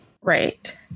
Right